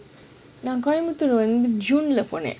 நான் Coimbatore koyambathoor june lah போனான்:ponan